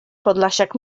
podlasiak